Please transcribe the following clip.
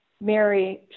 Mary